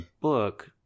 book